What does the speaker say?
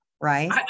right